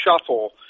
shuffle